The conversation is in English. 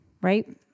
Right